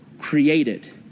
created